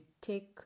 take